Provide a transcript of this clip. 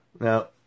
Now